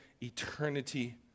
eternity